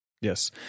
Yes